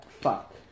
Fuck